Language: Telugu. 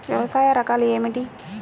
వ్యవసాయ రకాలు ఏమిటి?